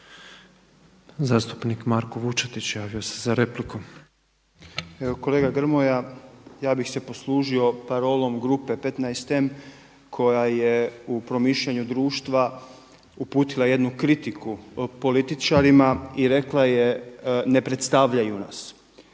za repliku. **Vučetić, Marko (Nezavisni)** Evo kolega Grmoja, ja bih se poslužio parolom grupe 15M koja je u promišljanju društva uputila jednu kritiku političarima i rekla je ne predstavljaju nas.